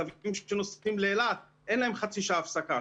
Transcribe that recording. קווים שנוסעים לאילת, אין להם חצי שעה הפסקה.